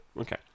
Okay